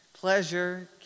Pleasure